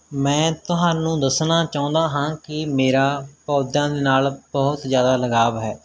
ਮੈਂ ਤੁਹਾਨੂੰ ਦੱਸਣਾ ਚਾਹੁੰਦਾ ਹਾਂ ਕਿ ਮੇਰਾ ਪੌਦਿਆਂ ਦੇ ਨਾਲ ਬਹੁਤ ਜ਼ਿਆਦਾ ਲਗਾਵ ਹੈ